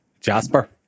Jasper